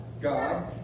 God